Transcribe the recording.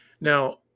Now